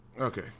Okay